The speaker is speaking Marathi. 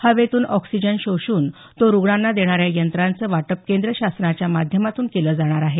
हवेतून ऑक्सिजन शोषून तो रुग्णांना देणाऱ्या यंत्रांचं वाटप केंद्र शासनाच्या माध्यमातून केलं जाणार आहे